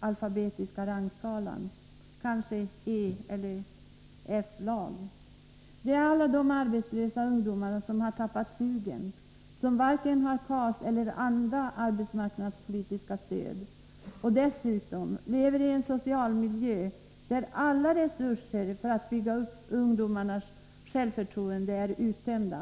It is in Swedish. alfabetiska rangskalan — kanske E eller F-lag. Det är alla de arbetslösa ungdomar som har tappat sugen, som varken har KAS eller annat arbetsmarknadspolitiskt stöd och som dessutom lever i en social miljö, där alla resurser för att bygga upp självförtroendet är uttömda.